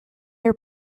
your